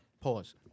Pause